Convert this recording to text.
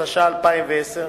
התש"ע 2010,